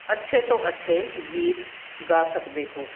ਅੱਛੇ ਤੋਂ ਅੱਛੇ ਗੀਤ ਗਾ ਸਕਦੇ ਹੋ